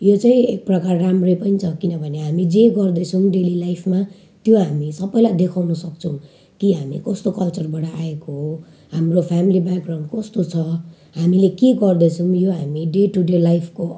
यो चै एक प्रकार राम्रै पनि छ किनभने हामी जे गर्दैछौँ डेली लाइफमा त्यो हामी सबैलाई देखाउनु सक्छौँ कि हामी कस्तो कल्चरबाट आएको हो हाम्रो फ्यमिली ब्याक ग्राउन्ड कस्तो छ हामीले के गर्दैछौँ यो हामी डे टु डे लाइफको